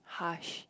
harsh